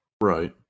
Right